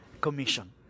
commission